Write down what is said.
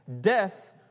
death